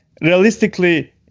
realistically